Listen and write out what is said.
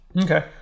Okay